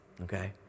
Okay